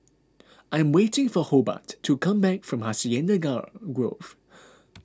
I am waiting for Hobart to come back from Hacienda Grove